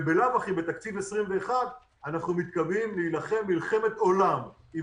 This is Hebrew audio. ובלאו הכי בתקציב 2021 אנחנו מתכוונים להילחם מלחמת עולם עם